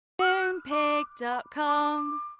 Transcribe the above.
Moonpig.com